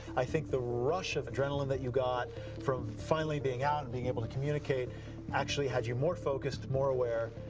i think the rush of adrenaline that you got from finally being out and being to able to communicate actually had you more focused, more aware,